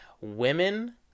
Women